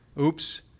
oops